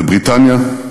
בבריטניה,